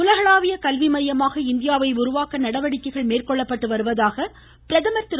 உலகளாவிய கல்வி மையமாக இந்தியாவை உருவாக்க நடவடிக்கைகள் மேற்கொள்ளப்பட்டு வருவதாக பிரதமர் திரு